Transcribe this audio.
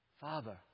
Father